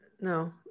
No